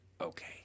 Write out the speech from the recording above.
Okay